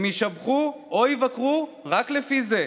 הם ישבחו או יבקרו רק לפי זה,